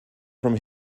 from